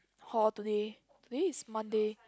hall today today is Monday